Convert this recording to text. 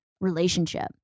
relationship